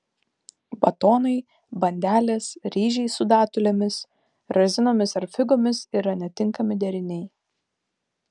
batonai bandelės ryžiai su datulėmis razinomis ar figomis yra netinkami deriniai